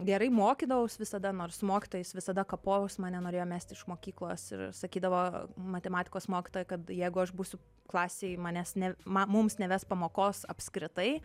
gerai mokydavaus visada nors su mokytojais visada kapojau mane norėjo mesti iš mokyklos ir sakydavo matematikos mokytoja kad jeigu aš būsiu klasėj manęs ne man mums neves pamokos apskritai